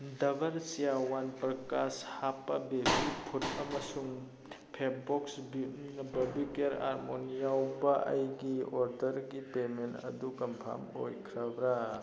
ꯗꯕꯔ ꯆꯤꯌꯥꯋꯥꯟꯄ꯭ꯔꯀꯥꯁ ꯍꯥꯞꯄ baby food ꯑꯃꯁꯨꯡ ꯐꯦꯕꯕꯣꯛꯁ ꯕꯥꯔꯕꯤꯀꯤꯌꯥꯔ ꯑꯥꯜꯃꯣꯟ ꯌꯥꯎꯕ ꯑꯩꯒꯤ ꯑꯣꯔꯗꯔꯒꯤ ꯄꯦꯃꯦꯟ ꯑꯗꯨ ꯀꯟꯐꯥꯝ ꯑꯣꯏꯈ꯭ꯔꯕ꯭ꯔꯥ